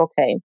okay